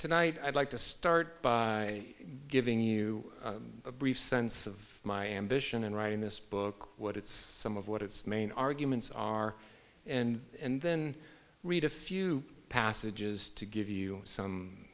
tonight i'd like to start by giving you a brief sense of my ambition in writing this book what its some of what its main arguments are and then read a few passages to give you some